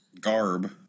garb